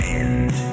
end